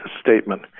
statement